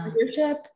leadership